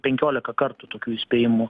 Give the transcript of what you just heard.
penkioliką kartų tokių įspėjimų